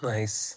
Nice